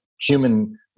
human